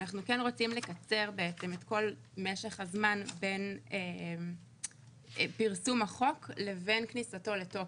אנחנו כן רוצים לקצר את כל משך הזמן בין פרסום החוק לבין כניסתו לתוקף.